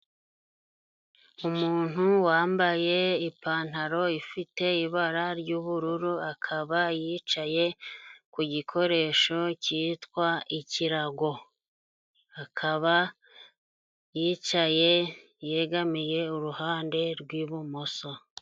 Umuntu wambaye ipantaro ifite ibara ry'ubururu, akaba yicaye ku gikoresho cyitwa ikirago, akaba yicaye yegamiye uruhande rw'ibumoso.